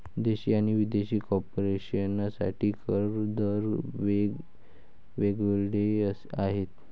देशी आणि विदेशी कॉर्पोरेशन साठी कर दर वेग वेगळे आहेत